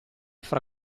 fra